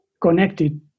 connected